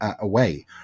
away